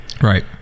Right